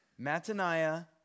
Mataniah